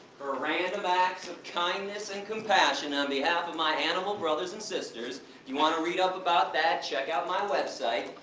random acts of kindness and compassion, on behalf of my animal brothers and sisters, if you want to read up about that, check out my website.